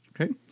okay